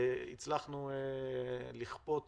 הצלחנו לכפות